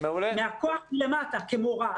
מהכוח למטה כמורה.